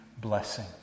blessing